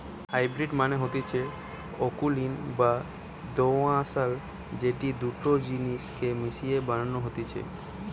hybrid মানে হতিছে অকুলীন বা দোআঁশলা যেটি দুটা জিনিস কে মিশিয়ে বানানো হতিছে